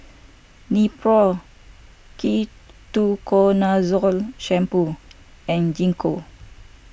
Nepro Ketoconazole Shampoo and Gingko